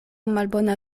malbona